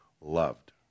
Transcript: loved